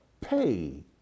pay